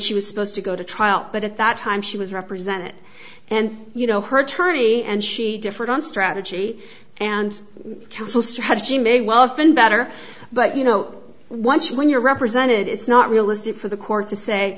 she was supposed to go to trial but at that time she was represented and you know her attorney and she differed on strategy and counsel strategy may well have been better but you know once when you're represented it's not realistic for the court to say